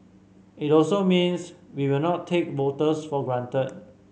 it also means we will not take voters for granted